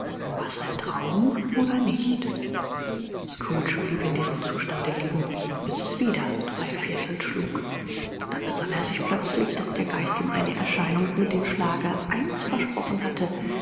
war es ein traum oder nicht scrooge blieb in diesem zustande liegen bis es wieder drei viertel schlug da besann er sich plötzlich daß der geist ihm eine erscheinung mit dem schlage eins versprochen hatte